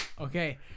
Okay